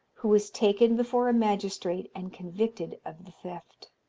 who was taken before a magistrate, and convicted of the theft.